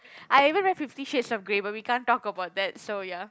I even read Fifty Shades of Grey but we can't talk about that so ya